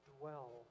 dwell